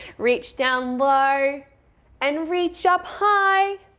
reach down low and reach up high.